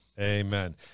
Amen